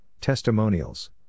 testimonials